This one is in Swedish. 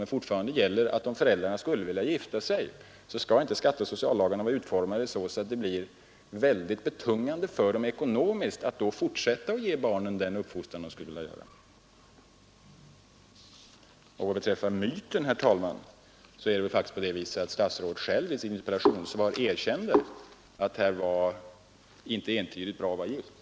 Men fortfarande gäller att om föräldrarna skulle vilja gifta sig, skall inte skatteoch sociallagarna vara utformade så, att det då blir ekonomiskt betungande för dem att fortsätta att ge barnen den uppfostran de skulle vilja ge dem. Vad beträffar myten, herr talman, är det väl ett faktum att statsrådet själv i interpellationssvaret erkände att det inte är entydigt bra att vara gift.